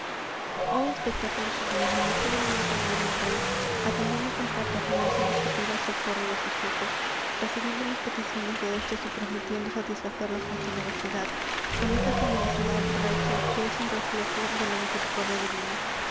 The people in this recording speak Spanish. oh espectáculo sublime y qué hermoso es ver a un rey atendiendo con paternal solicitud al socorro de sus hijos recibiendo las peticiones de estos y prometiendo satisfacerlas con generosidad con esa generosidad regia que es un reflejo de la misericordia divina